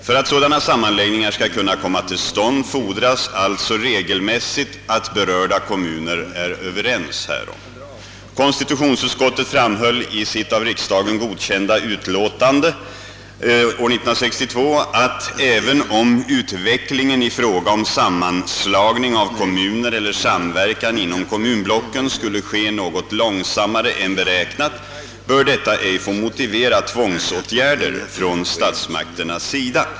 För att sådana sammanläggningar skall kunna komma till stånd fordras alltså regelmässigt att berörda kommuner är överens härom. Konstitutionsutskottet framhöll i sitt av riksdagen godkända utlåtande , att »även om utvecklingen i fråga om sammanslagning av kommuner eller samverkan inom kommunblocken skulle ske något långsammare än beräknat bör detta ej få motivera tvångsåtgärder från statsmakternas sida».